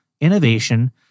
innovation